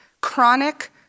chronic